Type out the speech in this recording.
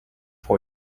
for